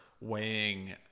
weighing